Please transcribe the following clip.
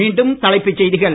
மீண்டும் தலைப்புச் செய்திகள்